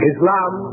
Islam